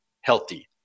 healthy